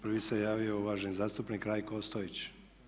Prvi se javio uvaženi zastupnik Rajko Ostojić.